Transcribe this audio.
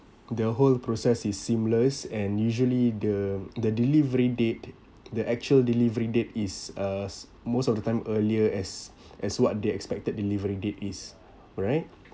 the whole process is seamless and usually the the delivery date the actual delivery date is uh most of the time earlier as as what they expected delivery date is alright